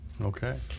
Okay